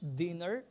dinner